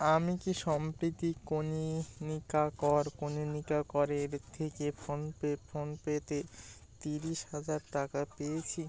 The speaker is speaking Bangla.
আমি কি সম্প্রতি কনিনীকা কর কনিনীকা করের থেকে ফোনপে ফোনপেতে তিরিশ হাজার টাকা পেয়েছি